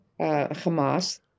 Hamas